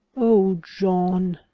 oh, john,